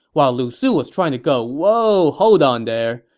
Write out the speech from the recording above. while lu su was trying to go, whoa, hold on there,